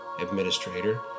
administrator